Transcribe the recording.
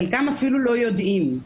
חלקם אפילו לא יודעים.